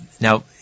Now